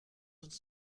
uns